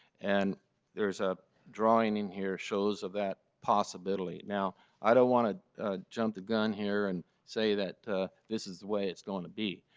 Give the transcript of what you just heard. and there's a drawing in here shows of that possibility. now i don't want to jump the gun here and say that this is the way it's going to be.